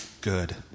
good